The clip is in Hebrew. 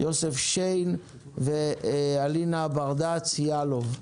יוסי שיין ואלינה ברדץ' יאלוב.